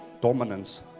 dominance